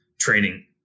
training